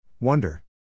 Wonder